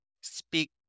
speak